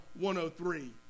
103